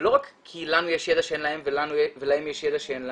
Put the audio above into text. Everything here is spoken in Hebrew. לא רק כי לנו יש ידע שאין להם ולהם יש ידע ש אין לנו,